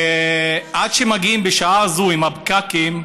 עד שמגיעים בשעה זו, עם הפקקים,